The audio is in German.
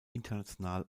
international